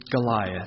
Goliath